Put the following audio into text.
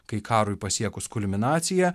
kai karui pasiekus kulminaciją